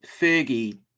Fergie